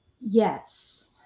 Yes